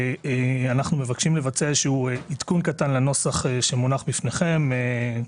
שאנחנו מבקשים לבצע איזשהו עדכון קטן לנוסח שמונח בפניכם.